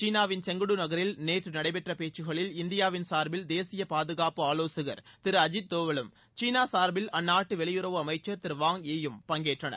சீனாவின் செங்டு நகரில் நேற்று நடைபெற்ற பேச்சுக்களில் இந்தியாவின் சார்பில் தேசிய பாதுகாப்பு ஆலோசகர் திரு அஜித் தோவலும் சீனா சார்பில் அந்நாட்டு வெளியுறவு அமைச்சள் திரு வாங் யீ யும் பங்கேற்றனர்